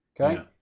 Okay